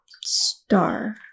Star